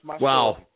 Wow